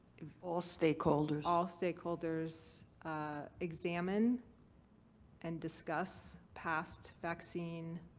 all stakeholders. all stakeholders examine and discuss past vaccine